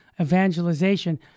evangelization